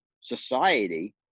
society